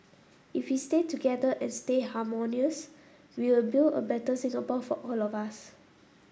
if we stay together and stay harmonious we'll build a better Singapore for all of us